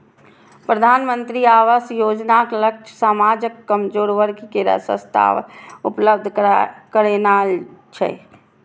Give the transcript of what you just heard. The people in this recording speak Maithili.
प्रधानमंत्री आवास योजनाक लक्ष्य समाजक कमजोर वर्ग कें सस्ता आवास उपलब्ध करेनाय छै